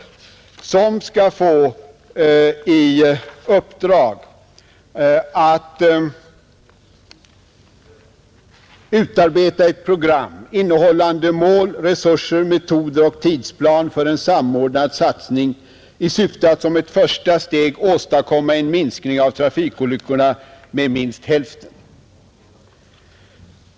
Denna skulle få i uppdrag att utarbeta ett program, innehållande mål, resurser, metoder och tidplan för en samordnad satsning i syfte att som ett första steg åstadkomma en minskning av trafikolyckorna med minst hälften.